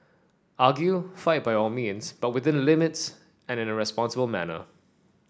argue fight by all means but within limits and in a responsible manner